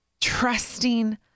trusting